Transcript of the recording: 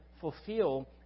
fulfill